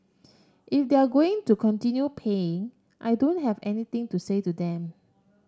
if they're going to continue paying I don't have anything to say to them